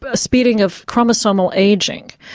but speeding of chromosomal ageing.